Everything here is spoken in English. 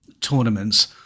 tournaments